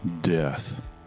death